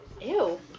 Ew